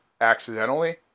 accidentally